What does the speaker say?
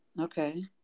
Okay